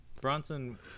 Bronson